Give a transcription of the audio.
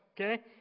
okay